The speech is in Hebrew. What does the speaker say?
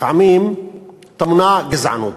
לפעמים טמונה גזענות.